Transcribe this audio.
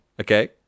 okay